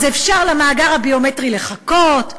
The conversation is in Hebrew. אז אפשר בעניין המאגר הביומטרי לחכות,